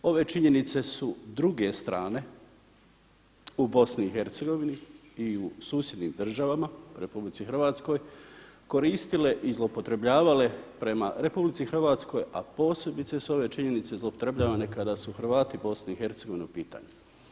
Ove činjenice su druge strane u BiH i u susjednim državama RH koristile i zloupotrebljavale prema RH, a posebice su ove činjenice zloupotrebljavane kada su Hrvati BiH u pitanju.